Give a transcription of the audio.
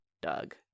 Doug